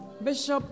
Bishop